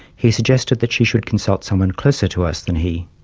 he suggested that she should consult someone closer to us than he.